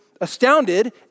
astounded